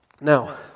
Now